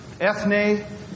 Ethne